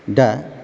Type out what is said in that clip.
दा